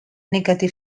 negative